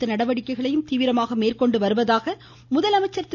தடுக்க அரசு நடவடிக்கைகளையும் தீவிரமாக மேற்கொண்டு வருவதாக முதலமைச்சர் திரு